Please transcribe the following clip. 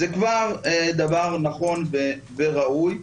זה כבר דבר נכון וראוי.